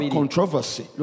controversy